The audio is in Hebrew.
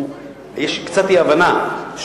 יש קצת אי-הבנה.